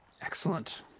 Excellent